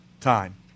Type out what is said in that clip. time